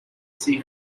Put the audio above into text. see